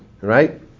right